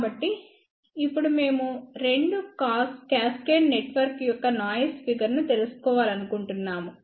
కాబట్టి ఇప్పుడు మేము రెండు క్యాస్కేడ్ నెట్వర్క్ యొక్క నాయిస్ ఫిగర్ ను తెలుసుకోవాలనుకుంటున్నాము